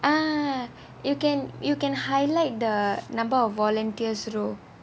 ah you can you can highlight the number of volunteers row